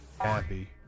happy